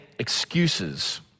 excuses